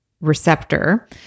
receptor